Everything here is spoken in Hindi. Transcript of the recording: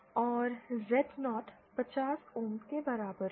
और Z0 50 ohms के बराबर है